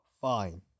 Fine